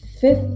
Fifth